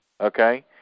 Okay